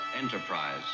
Enterprise